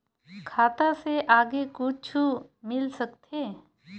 खाता से आगे कुछु मिल सकथे?